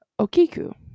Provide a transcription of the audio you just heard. Okiku